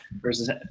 Versus